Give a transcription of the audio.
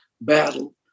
battle